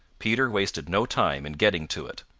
peter wasted no time in getting to it.